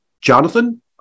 Jonathan